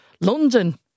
London